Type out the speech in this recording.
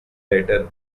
later